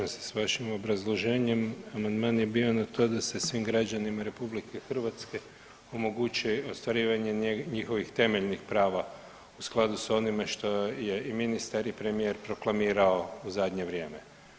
Ne slažem se s vašem obrazloženjem, amandman je bio na to da se svim građanima RH omogući ostvarivanje njihovih temeljnih prava u skladu s onime što je i ministar i premijer proklamirao u zadnje vrijeme.